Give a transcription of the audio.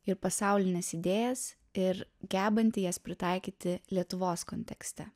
ir pasaulines idėjas ir gebanti jas pritaikyti lietuvos kontekste